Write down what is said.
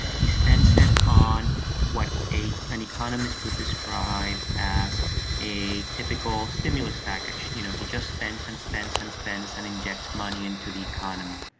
he spends it on what an economist would describe as a typical stimulus package. you know, he just spends and spends and spends and injects money into the economy.